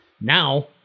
now